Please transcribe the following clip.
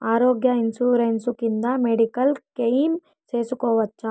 ఆరోగ్య ఇన్సూరెన్సు కింద medical claim సేసుకోవచ్చా?